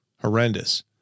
Horrendous